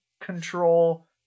control